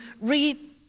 read